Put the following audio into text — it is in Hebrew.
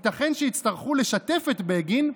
ייתכן שיצטרכו לשתף את בגין,